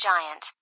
Giant